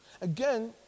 Again